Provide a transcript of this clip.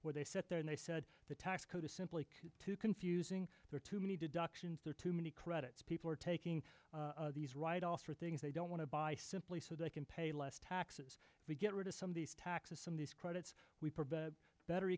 where they sit there and they said the tax code is simply too confusing there are too many deductions there are too many credits people are taking these write off for things they don't want to buy simply so they can pay less taxes we get rid of some of these taxes some of these credits